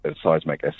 seismic